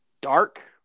dark